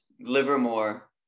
Livermore